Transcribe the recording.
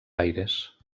aires